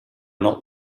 not